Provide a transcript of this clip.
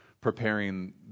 Preparing